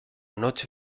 noche